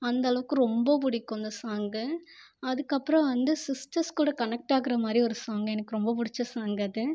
அந்த அளவுக்கு ரொம்ப பிடிக்கும் அந்த சாங் அதுக்கப்புறம் வந்து சிஸ்டர்ஸ் கூட கனெக்ட் ஆகிற மாதிரி ஒரு சாங் எனக்கு ரொம்ப பிடிச்ச சாங் அது